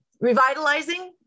revitalizing